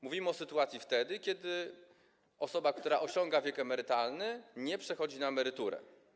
Mówimy o sytuacji, kiedy osoba, która osiąga wiek emerytalny, nie przechodzi na emeryturę.